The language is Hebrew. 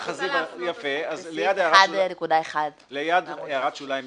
אני רוצה להפנות --- ליד הערת שוליים מס'